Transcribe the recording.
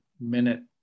minute